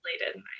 related